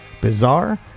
Bizarre